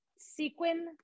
sequin